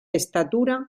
estatura